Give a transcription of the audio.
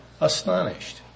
astonished